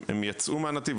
הם יצאו מהנתיב,